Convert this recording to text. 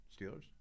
Steelers